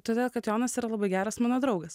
todėl kad jonas yra labai geras mano draugas